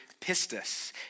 pistis